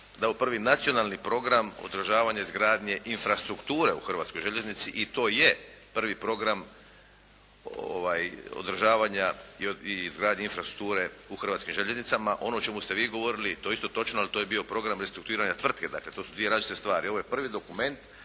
Da je ovo prvi nacionalni program održavanja izgradnje infrastrukture u Hrvatskoj željeznici i to je prvi program održavanja i izgradnje infrastrukture u Hrvatskim željeznicama. Ono o čemu ste vi govorili to je isto točno, ali to je bio program restrukturiranja tvrtke. Dakle to su dvije različite stvari. Ovo je prvi dokument